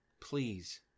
Please